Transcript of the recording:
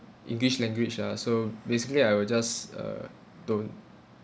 english language lah so basically I will just uh don't